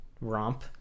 romp